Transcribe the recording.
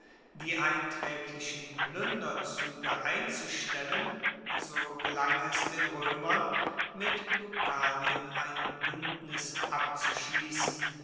die eintraeglichen pluenderzuege einzustellen so gelang es den roemern mit lucanien ein buendnis abzuschliessen